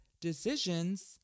decisions